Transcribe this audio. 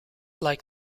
like